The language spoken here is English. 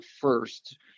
first